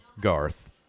Garth